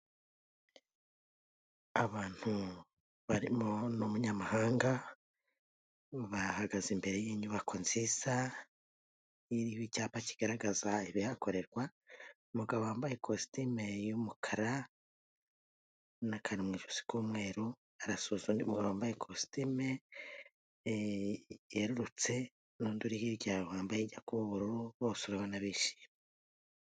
Abantu barimo n'umunyamahanga bahagaze imbere y'inyubako nziza iriho icyapa kigaragaza ibihakorerwa umugabo wambaye ikositimu y'umukara n'akanisho k'umweru arasuza undi uwa wambaye ikositimu yerurutse mu ndu i hirya bambaye ijya kubaboro bose urabonabeshyira.